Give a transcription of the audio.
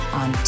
on